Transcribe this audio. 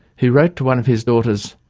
he wrote to one of his daughters,